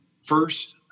first